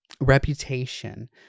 reputation